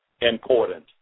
important